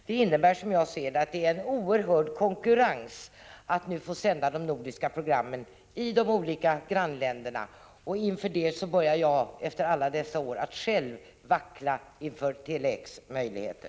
Det innebär, som jag ser det, att det är en oerhörd konkurrens när det gäller att få sända nordiska program i de olika grannländerna. Nu börjar jag själv, efter alla dessa år, att vackla inför Tele-X och dess möjligheter.